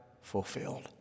fulfilled